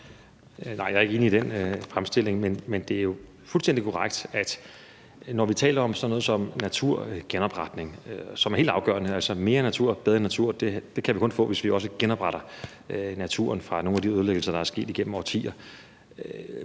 jeg er ikke enig i den fremstilling, men det er jo fuldstændig korrekt, at når vi taler om sådan noget som naturgenopretning, som er helt afgørende – mere natur og bedre natur kan vi kun få, hvis vi også genopretter naturen efter nogle af de ødelæggelser, der er sket igennem årtier